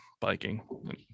biking